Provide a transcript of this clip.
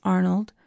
Arnold